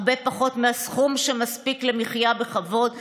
הרבה פחות מהסכום שמספיק למחיה בכבוד ולתרופות.